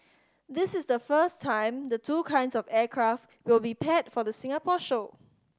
this is the first time the two kinds of aircraft will be paired for the Singapore show